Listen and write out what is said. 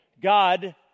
God